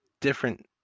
different